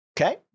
Okay